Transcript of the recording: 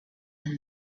and